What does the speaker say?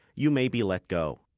you may be let go.